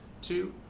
Two